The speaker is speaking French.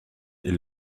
est